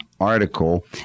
article